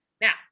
now